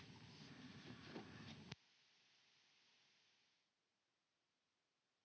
Kiitos,